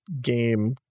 game